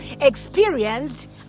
experienced